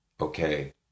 okay